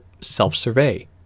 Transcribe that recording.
self-survey